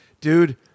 dude